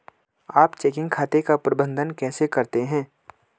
आप चेकिंग खाते का प्रबंधन कैसे करते हैं?